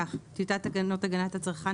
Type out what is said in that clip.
טיוטת תקנות הגנת הצרכן